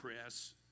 press